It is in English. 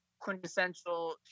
quintessential